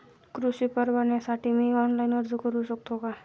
कृषी परवान्यासाठी मी ऑनलाइन अर्ज करू शकतो का?